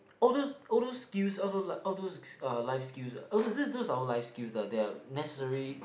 all those all those skills all those like all those uh life skills ah those those are all life skills ah they are necessary